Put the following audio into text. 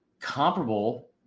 comparable